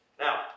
Now